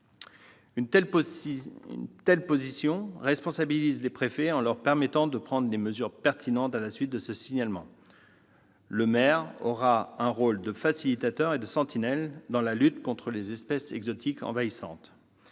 Une telle position responsabilise les préfets en leur permettant de prendre les mesures pertinentes à la suite de ce signalement. Le maire aura un rôle de facilitateur et de sentinelle dans la lutte contre les espèces exotiques envahissantes.